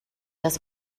das